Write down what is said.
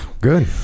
Good